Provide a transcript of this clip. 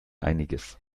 einiges